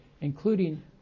including